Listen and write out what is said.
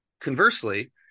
Conversely